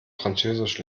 französisch